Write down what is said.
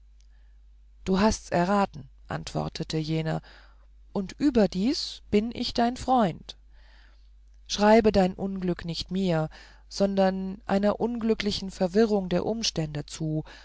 du hast's erraten antwortete jener und überdies bin ich dein freund schreibe dein unglück nicht mir sondern einer unglücklichen verwirrung der umstände zu